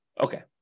Okay